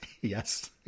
Yes